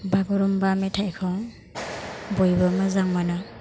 बागुरुम्बा मेथाइखौ बयबो मोजां मोनो